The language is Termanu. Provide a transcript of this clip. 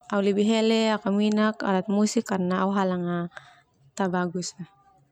Au lebih hele akaminak alat musik karna au hala na tabagus fa.